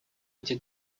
эти